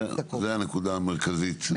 זו הנקודה המרכזית.